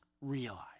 realize